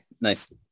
Nice